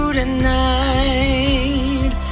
tonight